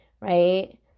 right